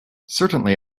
certainly